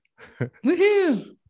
Woohoo